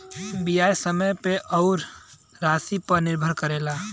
बियाज समय पे अउर रासी पे निर्भर करेला